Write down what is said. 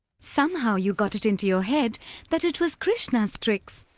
somehow you got it into your head that it was krishna's tricks.